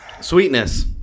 Sweetness